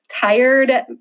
Tired